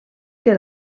que